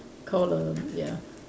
call err ya